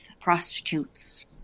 prostitutes